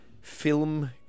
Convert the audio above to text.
film